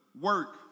work